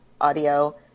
audio